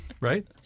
right